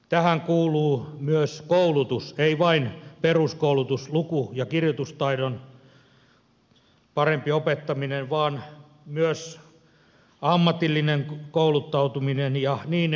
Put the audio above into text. tähän kuuluu myös koulutus ei vain peruskoulutus luku ja kirjoitustaidon parempi opettaminen vaan myös ammatillinen kouluttautuminen ja niin edelleen